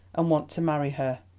and want to marry her.